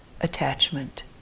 attachment